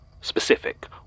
specific